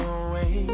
away